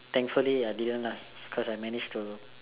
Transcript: thankfully I didn't lah cause I manage to